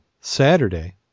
Saturday